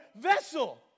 vessel